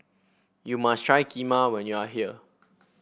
you must try Kheema when you are here